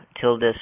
tilde